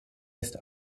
ist